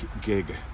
gig